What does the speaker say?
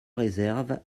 réserves